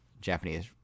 Japanese